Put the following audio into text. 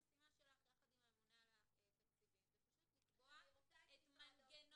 המשימה שלך יחד עם הממונה על התקציבים זה פשוט לקבוע את מנגנון.